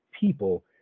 people